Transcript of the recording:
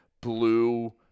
blue